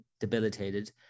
debilitated